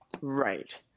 Right